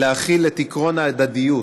להחיל את עקרון ההדדיות